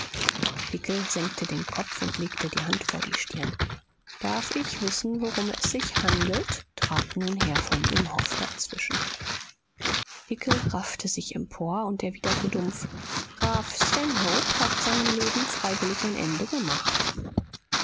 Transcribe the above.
senkte den kopf und legte die hand vor die stirn darf ich wissen worum es sich handelt trat nun herr von imhoff dazwischen hickel raffte sich empor und erwiderte dumpf graf stanhope hat seinem leben freiwillig ein ende gemacht